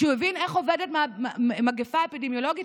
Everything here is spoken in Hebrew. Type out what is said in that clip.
כשהוא הבין איך עובדת מגפה אפידמיולוגית,